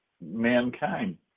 mankind